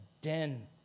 den